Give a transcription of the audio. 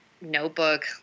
notebook